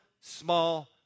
small